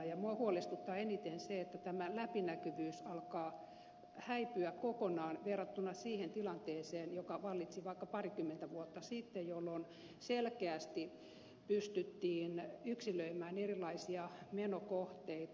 minua huolestuttaa eniten se että tämä läpinäkyvyys alkaa häipyä kokonaan verrattuna siihen tilanteeseen joka vallitsi vaikka parikymmentä vuotta sitten jolloin selkeästi pystyttiin yksilöimään erilaisia menokohteita